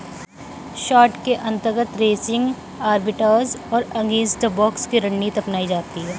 short के अंतर्गत racing arbitrage और अगेंस्ट द बॉक्स की रणनीति अपनाई जाती है